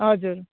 हजुर